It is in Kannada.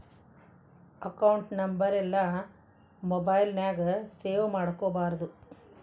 ಅಕೌಂಟ್ ನಂಬರೆಲ್ಲಾ ಮೊಬೈಲ್ ನ್ಯಾಗ ಸೇವ್ ಮಾಡ್ಕೊಬಾರ್ದು